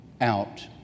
out